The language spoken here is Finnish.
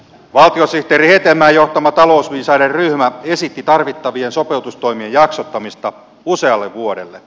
valtiosihteeri hetemäen johtama talousviisaiden ryhmä esitti tarvittavien sopeutustoimien jaksottamista usealle vuodelle